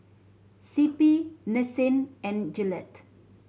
C P Nissin and Gillette